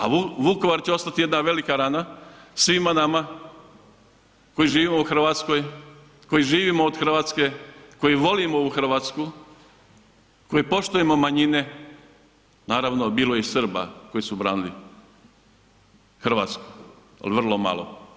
A Vukovar će ostati jedna velika rana svima nama koji živimo u Hrvatskoj, koji živimo od Hrvatske, koji volimo ovu Hrvatsku, koji poštujemo manjine, naravno bilo je i Srba koji su branili Hrvatsku, ali vrlo malo.